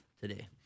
today